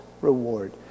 reward